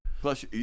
Plus